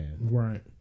Right